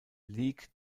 lig